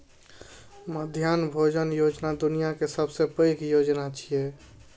मध्याह्न भोजन योजना दुनिया के सबसं पैघ योजना छियै